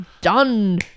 Done